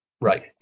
right